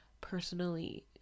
personally